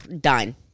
done